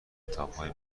کتابای